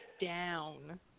down